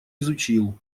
изучил